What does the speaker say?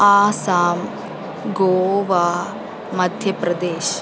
Assam Goa Madhya Pradesh